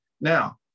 Now